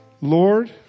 Lord